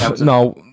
No